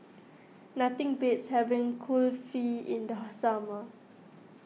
nothing beats having Kulfi in the summer